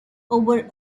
over